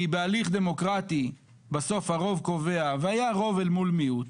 כי בהליך דמוקרטי בסוף הרוב קובע והיה רוב אל מול מיעוט,